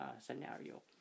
scenario